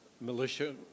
militia